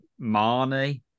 Marnie